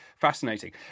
fascinating